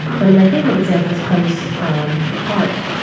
one of my favourite examples comes from art.